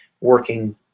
working